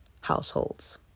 households